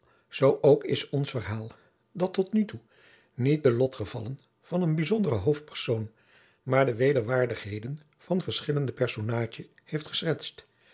zoo ook is ons verhaal dat tot nu toe niet de lotgevallen van een bijzondere hoofdpersoon maar de wederwaardigheden van verschillende personaadjen heeft geschetst